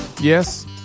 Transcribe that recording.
yes